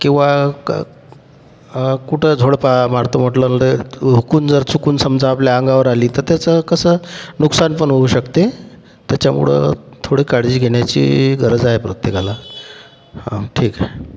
किंवा कुठं झोडपा मारतो म्हटलं तर हुकून जर चुकून समजा आपल्या अंगावर आली तर त्याचं कसं नुकसान पण होऊ शकते त्याच्यामुळं थोडी काळजी घेण्याची गरज आहे प्रत्येकाला हा ठीक आहे